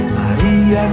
Maria